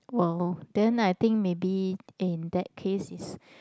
!wow! then I think maybe in that case is